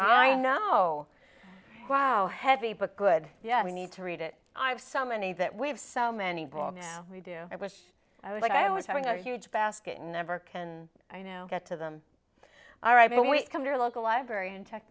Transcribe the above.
i know how heavy but good yeah we need to read it i have so many that we have so many people we do i wish i was like i was having a huge basket and never can i know get to them all right and we come to our local library and check